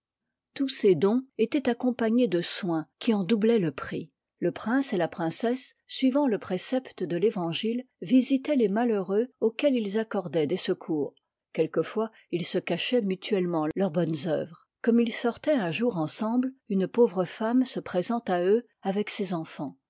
tous ces dons étoient accompagnés de soins qui en doubloient le prix le prince et la princesse suivant le précepte de l'evangile visitoient les malheureux auxquels ils accordoient des secours quelquefois ils se cachoient mutuellement leurs bonnes œuvres comme ils sortoient un jour ensemble une pauvre femme se présente à eux avec ses enfans